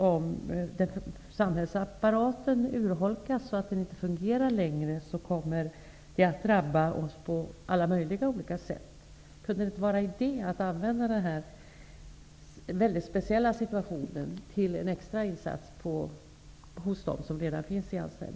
Om samhällsapparaten urholkas så att den inte fungerar längre kommer det att drabba oss på alla möjliga sätt. Kan det inte vara en idé att använda sig av den här mycket speciella situationen för att göra en extra insats bland dem som har anställning?